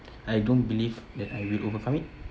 I don't believe that I will overcome it